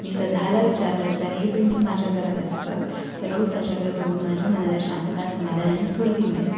मी स्वतःला विचारलं जर हे पेंटिंग माझ्या घरात असतं तर रोज त्याच्याकडे बघून माझ्या मनाला शांतता समाधान आणि स्फूर्ती मिळेल